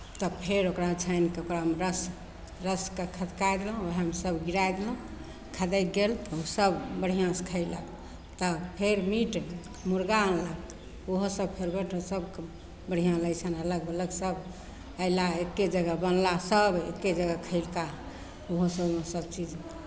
तब फेर ओकरा छानि कऽ फेर ओकरामे रस रसकेँ खदकाय देलहुँ उएहमे सभ गिराय देलहुँ खदकि गेल तऽ ओसभ बढ़िआँसँ खयलक तब फेर मीट मुर्गा अनलक ओहोसभ फेर सभकेँ बढ़िआँ लगै छनि अलग अलग सभ अयला एक्के जगह बनला सभ एक्के जगह खयलका ओहो सभमे सभचीज